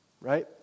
Right